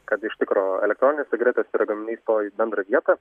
kad iš tikro elektroninės cigaretės ir gaminiai stoja į bendrą vietą